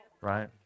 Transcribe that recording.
right